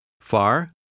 far